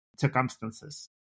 circumstances